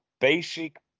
basic